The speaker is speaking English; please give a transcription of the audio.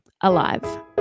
alive